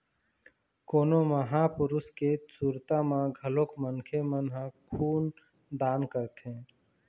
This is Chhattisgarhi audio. कोनो महापुरुष के सुरता म घलोक मनखे मन ह खून दान करथे